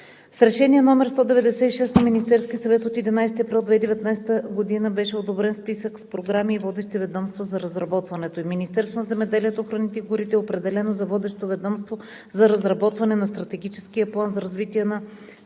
С Решение № 196 на Министерския съвет от 11 април 2019 г. беше одобрен списък с програми и водещи ведомства за разработването. Министерството на земеделието, храните и горите е определено за водещо ведомство за разработване на Стратегическия план за развитие на